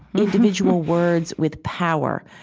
individuals words with power.